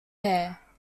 heir